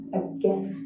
again